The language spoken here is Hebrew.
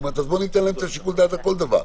אז בוא ניתן להם את שיקול הדעת לכל דבר.